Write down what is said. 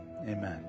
Amen